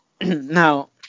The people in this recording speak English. Now